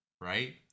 Right